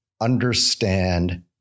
understand